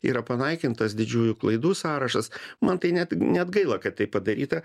yra panaikintas didžiųjų klaidų sąrašas man tai net net gaila kad tai padaryta